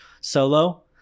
Solo